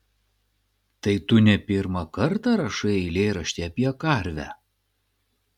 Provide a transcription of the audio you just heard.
tai tu ne pirmą kartą rašai eilėraštį apie karvę